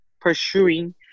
pursuing